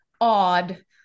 odd